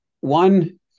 One